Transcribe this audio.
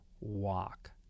walk